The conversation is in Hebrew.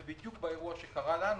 ובדיוק באירוע שקרה לנו